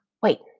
Wait